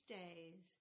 days